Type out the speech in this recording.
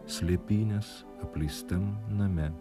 slėpynes apleistam name